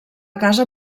casa